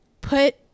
put